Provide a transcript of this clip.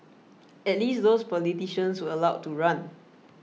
at least those politicians were allowed to run